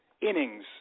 innings